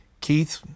Keith